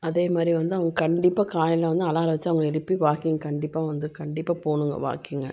அதே மாதிரி வந்து அவங்க கண்டிப்பாக காலையில் வந்து அலாரம் வச்சு அவங்கள எழுப்பி வாக்கிங் கண்டிப்பாக வந்து கண்டிப்பாக போகணுங்க வாக்கிங்க